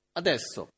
adesso